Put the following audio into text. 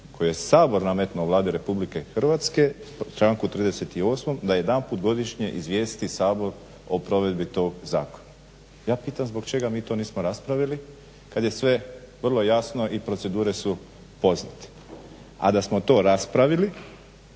koju je sabor nametnuo Vladi RH u članku 38. da jedanput godišnje izvijesti Sabor o provedbi tog zakona. Ja pitam zbog čega mi to nismo raspravili kad je sve vrlo jasno i procedure su poznate. A da smo to raspravili